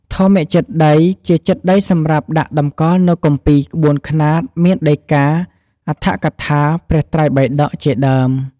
ធម្មចេតិយ ជាចេតិយសម្រាប់ដាក់តម្កល់នូវគម្ពីរក្បូនខ្នាតមានដីការ អដ្ឋកថា ព្រះត្រៃបិតក ជាដើម។